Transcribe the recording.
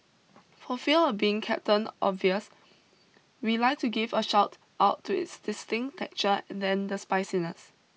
for fear of being Captain Obvious we'd like to give a shout out to its distinct texture and than the spiciness